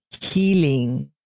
healing